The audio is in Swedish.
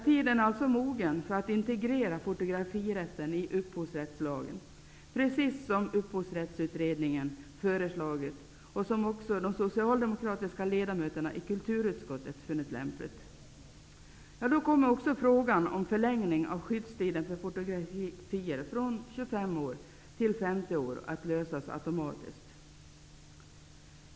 Tiden är alltså mogen för att integrera fotografirätten i upphovsrättslagen, precis som upphovsrättsutredningen föreslagit och som också de socialdemokratiska ledamöterna i kulturutskottet funnit lämpligt. Då kommer också frågan om en förlängning av skyddstiden för fotografier från 25 år till 50 år automatiskt att lösas.